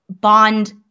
bond